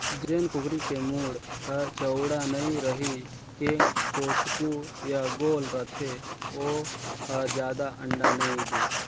जेन कुकरी के मूढ़ हर चउड़ा नइ रहि के चोचकू य गोल रथे ओ हर जादा अंडा नइ दे